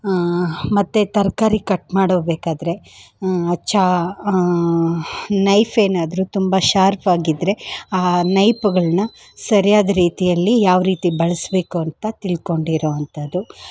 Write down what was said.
ಮತ್ತು ತರಕಾರಿ ಕಟ್ ಮಾಡಬೇಕಾದ್ರೆ ಚಾ ನೈಫ್ ಏನಾದ್ರೂ ತುಂಬ ಶಾರ್ಪಾಗಿದ್ದರೆ ಆ ನೈಪ್ಗಳನ್ನ ಸರ್ಯಾದ ರೀತಿಯಲ್ಲಿ ಯಾವ ರೀತಿ ಬಳಸಬೇಕು ಅಂತ ತಿಳ್ಕೊಂಡಿರೋ ಅಂಥದ್ದು